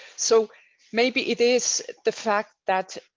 so maybe it is the fact that.